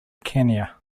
kenya